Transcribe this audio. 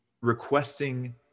requesting